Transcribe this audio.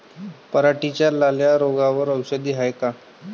पराटीच्या लाल्या रोगावर औषध हाये का?